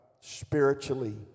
spiritually